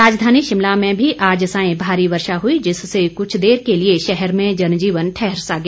राजधानी शिमला में भी आज सांय भारी वर्षा हुई जिससे कुछ देर के लिए शहर में जनजीवन ठहर सा गया